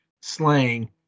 slang